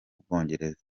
bwongereza